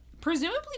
presumably